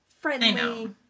friendly